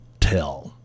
tell